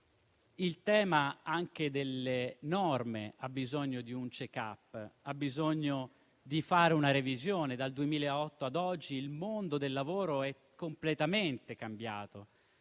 il tema delle norme ha bisogno di un *check up*, ha bisogno di fare una revisione. Dal 2008 ad oggi il mondo del lavoro è completamente cambiato: